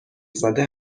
زده